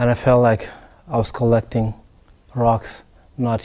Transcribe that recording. and i felt like i was collecting rocks not